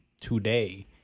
today